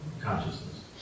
consciousness